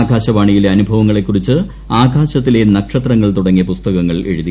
ആകാശവാണിയിലെ അനുഭവങ്ങളെക്കുറിച്ച് ആകാശത്തിലെ നക്ഷത്രങ്ങൾ തുടങ്ങിയ പുസ്തകങ്ങൾ എഴുതി